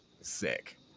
sick